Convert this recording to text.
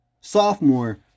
Sophomore